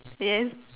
yes